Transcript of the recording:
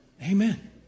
Amen